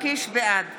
בעד